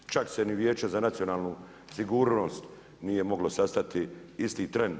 Čak se ni Vijeće za nacionalnu sigurnost nije moglo sastati isti tren.